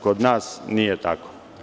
Kod nas nije tako.